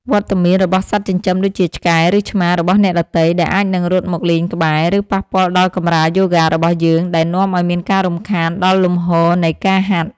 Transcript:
វត្តមានរបស់សត្វចិញ្ចឹមដូចជា ឆ្កែ ឬឆ្មារបស់អ្នកដទៃ ដែលអាចនឹងរត់មកលេងក្បែរ ឬប៉ះពាល់ដល់កម្រាលយូហ្គារបស់យើង ដែលនាំឱ្យមានការរំខានដល់លំហូរនៃការហាត់។